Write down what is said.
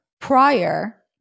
prior